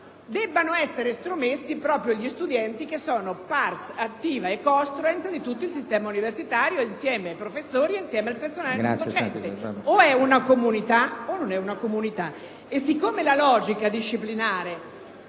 debbano essere estromessi proprio gli studenti, che sono *pars* attiva e *costruens* di tutto il sistema universitario, insieme ai professori ed al personale non docente. O è una comunità o non è una comunità. E siccome la logica disciplinare